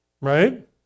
right